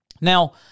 Now